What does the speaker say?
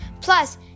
plus